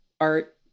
art